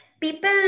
people